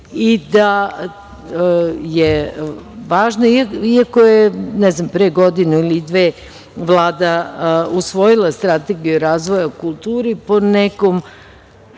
i da je važno, iako je pre godinu ili dve, Vlada usvojila strategiju razvoja o kulturi, po nekom